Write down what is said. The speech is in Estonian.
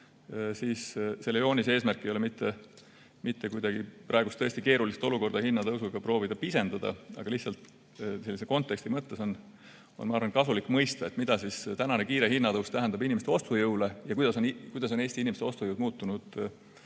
siis selle joonise eesmärk ei ole mitte kuidagi praegust tõesti keerulist hinnatõusu olukorda proovida pisendada, aga lihtsalt konteksti mõttes on, ma arvan, kasulik mõista, mida tänane kiire hinnatõus tähendab inimeste ostujõule ja kuidas on Eesti inimeste ostujõud muutunud ajaloos.